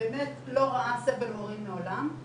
באמת לא ראה סבל הורים מעולם.